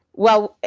well,